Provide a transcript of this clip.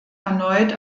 erneut